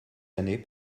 années